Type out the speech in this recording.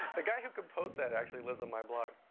the guy who composed that actually lives on my block.